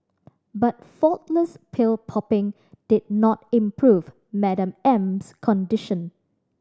but faultless pill popping did not improve Madam M's condition